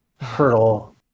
hurdle